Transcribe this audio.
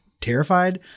terrified